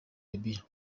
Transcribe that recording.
libya